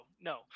no